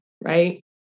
right